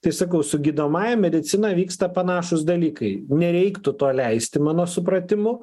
tai sakau su gydomąja medicina vyksta panašūs dalykai nereiktų to leisti mano supratimu